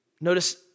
Notice